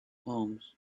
homes